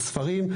הספרים,